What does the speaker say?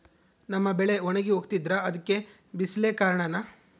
ನಮ್ಮ ಬೆಳೆ ಒಣಗಿ ಹೋಗ್ತಿದ್ರ ಅದ್ಕೆ ಬಿಸಿಲೆ ಕಾರಣನ?